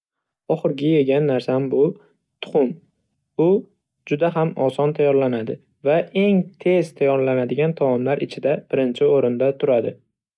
Oxirgi yegan narsam bu tuxum. Bu juda ham oson tayyorlanadi va eng tez tayyorlanadigan taomlar ichida birinchi o'rinda turadi.